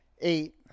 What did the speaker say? eight